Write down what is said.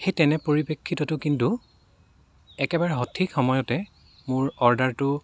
সেই তেনে পৰিপ্ৰেক্ষিততো কিন্তু একেবাৰে সঠিক সময়তে মোৰ অৰ্ডাৰটো